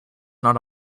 not